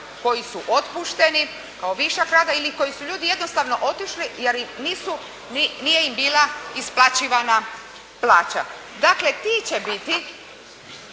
koji su otpušteni kao višak rada ili koji su ljudi jednostavno otišli jer nije im bila isplaćivana plaća. Dakle, ti će biti